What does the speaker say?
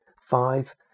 five